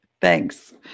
Thanks